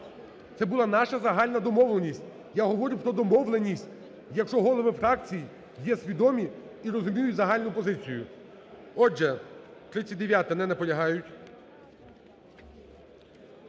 Це була наша загальна домовленість. Я говорю про домовленість, якщо голови фракцій є свідомі і розуміють загальну позицію. Отже, 39-а. Не наполягають.